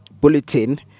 bulletin